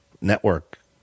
network